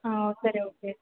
ஆ சரி ஓகே